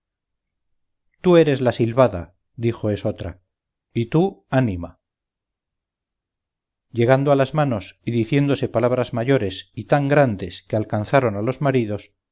tú eres la silbada dijo esotra y tu ánima llegando a las manos y diciéndose palabras mayores y tan grandes que alcanzaron a los maridos